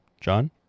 john